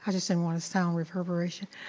i just didn't want sound reverberation.